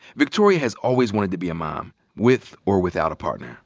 victoria has always wanted to be a mom with or without a partner.